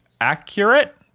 accurate